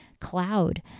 cloud